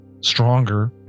stronger